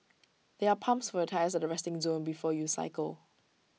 there are pumps for your tyres at the resting zone before you cycle